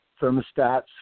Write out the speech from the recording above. thermostats